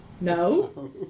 No